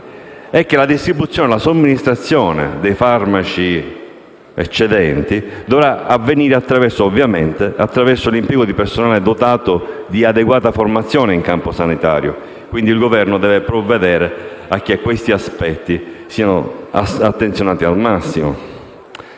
la distribuzione e la somministrazione dei farmaci eccedenti dovrà avvenire attraverso l'impiego di personale dotato di adeguata formazione in campo sanitario; quindi il Governo deve provvedere a che questi aspetti sia attenzionati al massimo.